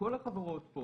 בכל החברות פה